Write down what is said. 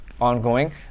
ongoing